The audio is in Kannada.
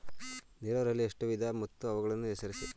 ನೀರಾವರಿಯಲ್ಲಿ ಎಷ್ಟು ವಿಧ ಮತ್ತು ಅವುಗಳನ್ನು ಹೆಸರಿಸಿ?